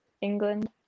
england